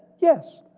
yes.